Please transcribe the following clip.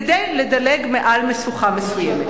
כדי לדלג מעל משוכה מסוימת.